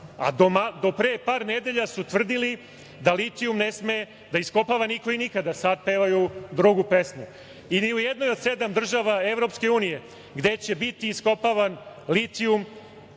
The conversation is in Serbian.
a do pre par nedelja su tvrdili da litijum ne sme da iskopava niko i nikada. Sad pevaju drugu pesmu. I ni u jednoj od sedam država EU gde će biti iskopavan litijum,